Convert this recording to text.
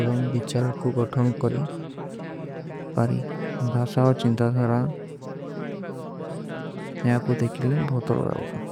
ଏବଂ ବିଚାର କୁଛ ଗଟନ କରୀ ବାରେ ଭାସା। ଅମେ ଚିଂତା ଧାରା ଯହା କୁଛ ଦେଖିଲେ ବହୁତ ରହା ହୂଁ।